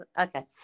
Okay